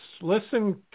listen